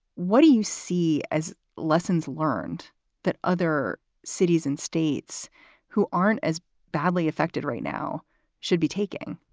what do you see as lessons learned that other cities and states who aren't as badly affected right now should be taking?